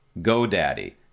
GoDaddy